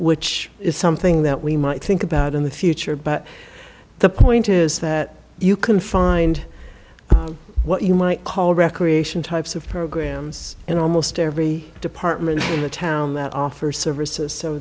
which is something that we might think about in the future but the point is that you can find what you might call recreation types of programs in almost every department in the town that offer s